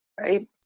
right